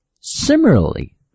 Similarly